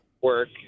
work